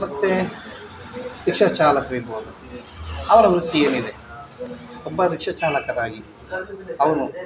ಮತ್ತು ರಿಕ್ಷ ಚಾಲಕರಿರ್ಬೋದು ಅವರ ವೃತ್ತಿ ಏನಿದೆ ಒಬ್ಬ ರಿಕ್ಷ ಚಾಲಕರಾಗಿ ಅವನು